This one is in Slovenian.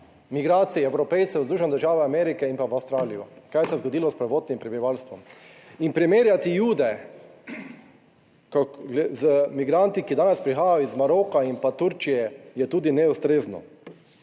migracij Evropejcev, Združene države Amerike in pa v Avstralijo, kaj se je zgodilo s prvotnim prebivalstvom. In primerjati Jude z migranti, ki danes prihajajo iz Maroka in Turčije, je tudi neustrezno.